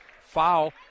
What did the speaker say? foul